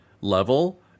level